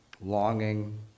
longing